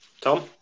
Tom